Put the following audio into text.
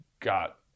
got